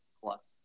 plus